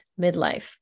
midlife